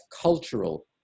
cultural